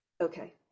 Okay